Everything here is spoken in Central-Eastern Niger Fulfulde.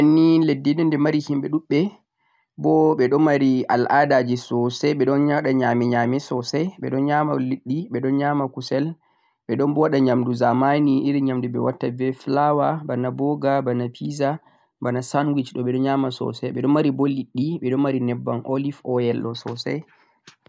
Leddi Netherlannds ni leddi on ndi ɗoo mari himɓe luɗɗe, bo ɓe ɗo mari al'aadaaji soosay, ɓe ɗon waɗa nyaame nyaame soosay, ɓe ɗon nyaama liɗɗi, ɓe ɗon nyaama kusel, ɓe ɗon bo waɗa nyaamndu zamani irin nyaamndu ɓe watta be flour bana burger, bana pizza, bana sanndwich ɗo ɓe ɗon nyaama soosay, ɓe ɗon mari bo liɗɗi, ɓe ɗon mari nyebbam olibee oyl ɗo soosay..